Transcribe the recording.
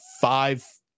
five